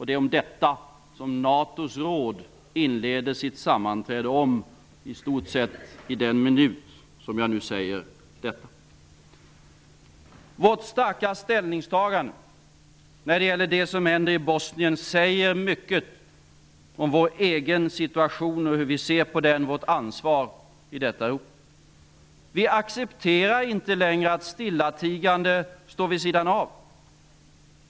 Det är detta som NATO:s råd inleder sitt sammanträde med -- i stort sett i den minut som jag säger detta. Vårt starka ställningstagande när det gäller det som händer i Bosnien säger mycket om vår egen situation, om hur vi ser på den och vårt ansvar i detta Europa. Vi accepterar inte längre att stillatigande stå vid sidan av.